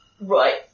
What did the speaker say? right